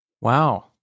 Wow